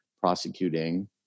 prosecuting